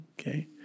Okay